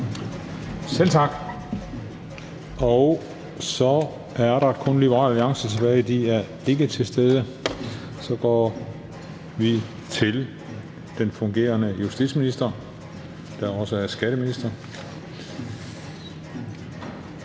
Selv tak. Så er der kun Liberal Alliance tilbage, men de er ikke til stede. Så går vi til den fungerende justitsminister, der også er skatteminister.